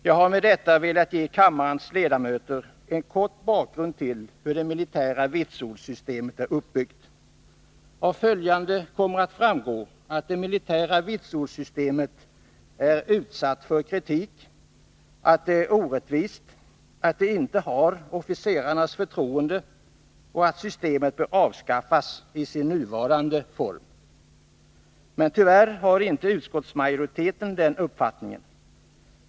Jag har med detta velat ge kammarens ledamöter en kort bakgrund till hur det militära vitsordssystemet är uppbyggt. Av det följande kommer att framgå att det militära vitsordssystemet är utsatt för kritik, att det är orättvist, att det inte har officerarnas förtroende och att systemet bör avskaffas i sin nuvarande form. Men tyvärr har inte utskottsmajoriteten den uppfattningen.